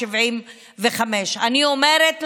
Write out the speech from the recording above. אני אומרת לכם,